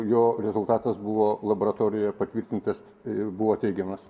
jo rezultatas buvo laboratorijoje patvirtintas ir buvo teigimas